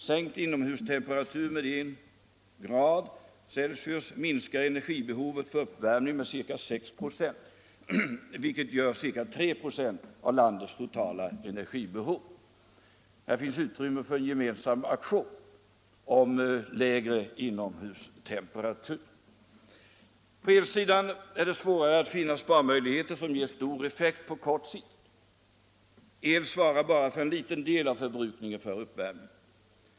Sänkt inomhustemperatur med i C minskar energibehovet för uppvärmning med ca 6 96, vilket motsvarar ca 3 96 av landets totala energibehov. Här finns utrymme för en gemensam aktion På elsidan är det svårare att finna sparmöjligheter som ger stor effekt på kort sikt. El svarar bara för en liten del av förbrukningen för uppvärmning.